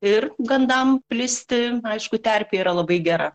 ir gandam plisti aišku terpė yra labai gera